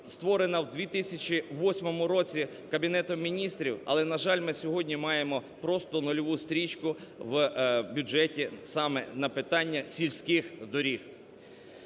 створена в 2008 році Кабінетом Міністрів. Але, на жаль, ми сьогодні маємо просто нульову стрічку в бюджеті саме на питання сільських доріг.